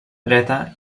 dreta